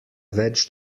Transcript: več